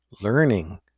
learning